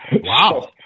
Wow